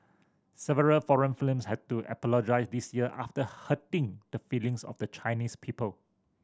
several foreign had to apologise this year after hurting the feelings of the Chinese people